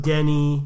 Denny